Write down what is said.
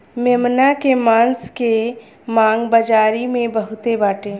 मेमना के मांस के मांग बाजारी में बहुते बाटे